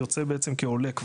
יוצא בעצם כעולה כבר.